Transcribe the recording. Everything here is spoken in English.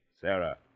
Sarah